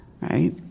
right